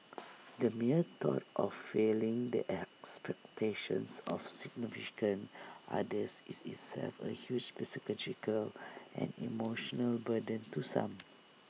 the mere thought of failing the expectations of significant others is itself A huge psychological and emotional burden to some